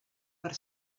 per